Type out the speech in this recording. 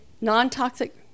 non-toxic